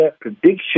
prediction